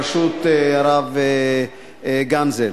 בראשות הרב גנזל.